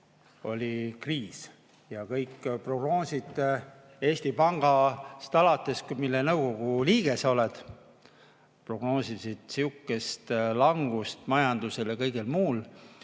oli kriis ja kõik prognoosid, Eesti Pangast alates, mille nõukogu liige sa oled, prognoosisid sihukest langust majandusel ja kõigel muul.